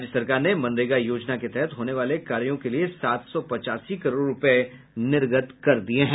राज्य सरकार ने मनरेगा योजना के तहत होने वाले कार्यों के लिए सात सौ पचासी करोड़ रूपये निर्गत कर दिये हैं